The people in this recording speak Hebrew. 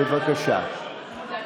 בבקשה.